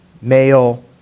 male